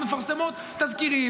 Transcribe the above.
הן מפרסמות תזכירים,